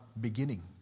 beginning